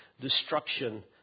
destruction